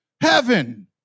Heaven